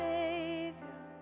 Savior